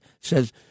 says